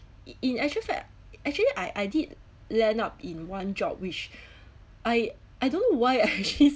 in actual fact actually I I did land up in one job which I I don't know why I actually